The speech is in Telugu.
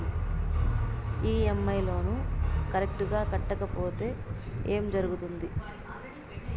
ఇ.ఎమ్.ఐ లోను కరెక్టు గా కట్టకపోతే ఏం జరుగుతుంది